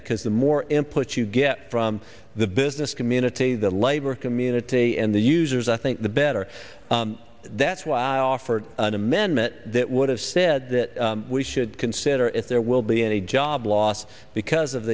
because the more him put you get from the business community the labor community and the users i think the better that's why i offered an amendment that would have said that we should consider if there will be any job loss because of